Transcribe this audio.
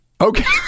Okay